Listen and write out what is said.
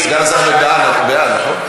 גם, 30 בעד, מתנגד אחד.